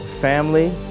family